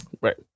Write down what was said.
Right